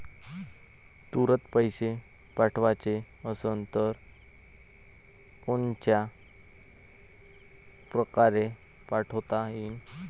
तुरंत पैसे पाठवाचे असन तर कोनच्या परकारे पाठोता येईन?